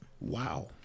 Wow